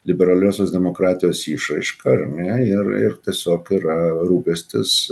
liberaliosios demokratijos išraiška ar ne ir ir tiesiog yra rūpestis